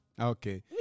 Okay